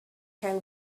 can